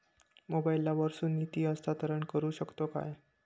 मोबाईला वर्सून निधी हस्तांतरण करू शकतो काय?